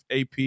AP